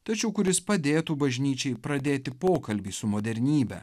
tačiau kuris padėtų bažnyčiai pradėti pokalbį su modernybe